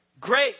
Great